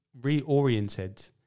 reoriented